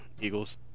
Eagles